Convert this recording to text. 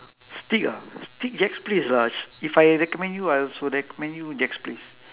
steak ah steak jack's place ah if I recommend you I also recommend you jack's place